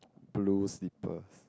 blue slippers